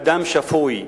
אדם שפוי,